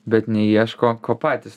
bet neieško ko patys